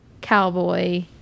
Cowboy